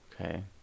okay